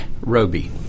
Roby